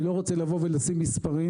אני לא רוצה לבוא ולשים מספרים,